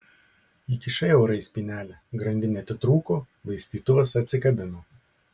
įkišai eurą į spynelę grandinė atitrūko laistytuvas atsikabino